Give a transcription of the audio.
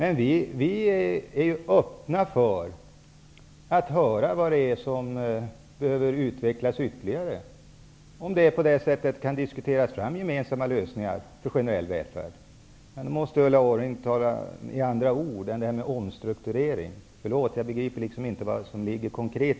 Vi socialdemokrater är öppna för att höra på vad det är som behöver utvecklas ytterligare om vi på det sättet kan diskutera fram gemensamma lösningar för generell välfärd. Men då måste Ulla Orring använda andra ord än omstrukturering. Förlåt, men jag begriper inte vad ordet betyder konkret.